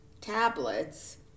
tablets